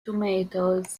tomatoes